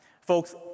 Folks